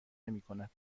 نمیکند